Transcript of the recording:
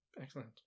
Excellent